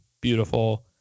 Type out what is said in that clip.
beautiful